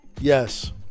Yes